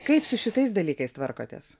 kaip su šitais dalykais tvarkotės